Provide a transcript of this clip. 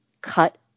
cut